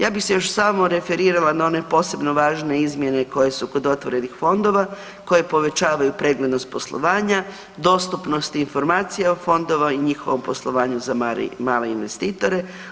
Ja bih se još samo referirala na one posebno važne izmjene koje su kod otvorenih fondova, koje povećavaju preglednost poslovanja, dostupnosti informacija o fondova i njihovom poslovanju za male investitore.